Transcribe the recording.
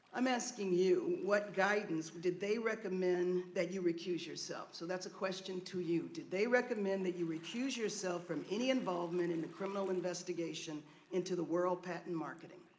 i'm asking you what guidance did they recommend that you recuse yourself, so that's a question to you. did they recommend that you recuse yourself from any involvement in the criminal investigation into the world patton marketing?